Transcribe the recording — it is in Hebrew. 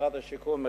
משרד השיכון,